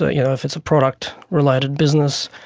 ah yeah if it's a product related business,